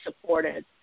supported